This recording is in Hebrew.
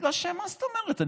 כי מה זאת אומרת,